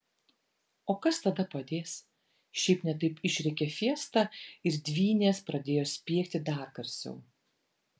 o kas tada padės šiaip ne taip išrėkė fiesta ir dvynės pradėjo spiegti dar garsiau